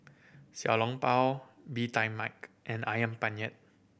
Xiao Long Bao Bee Tai Mak and Ayam Penyet